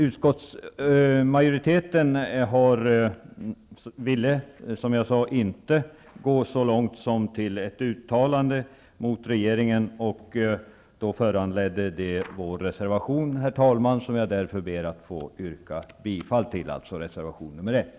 Utskottetsmajoriteten ville, som jag sade, inte gå så långt som till ett uttalande mot regeringen, och det föranledde vår reservation, reservation nr 1, som jag därför, herr talman, ber att få yrka bifall till.